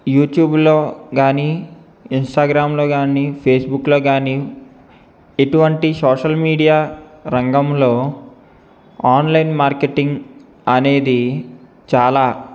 యూట్యూబ్లో కానీ ఇన్స్టాగ్రామ్లో కానీ ఫేస్బుక్లో కానీ ఎటువంటి సోషల్ మీడియా రంగంలో ఆన్లైన్ మార్కెటింగ్ అనేది చాలా